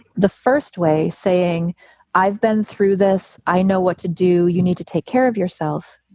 the first way saying i've been through this. i know what to do. you need to take care of yourself.